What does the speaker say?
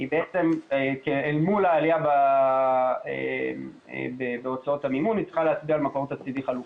אל מול העלייה בהוצאות המימון היא צריכה להצביע על מקור תקציבי חלופי.